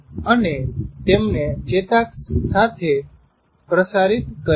અને તેમને ચેતાક્ષ સાથે પ્રસારિત કરે છે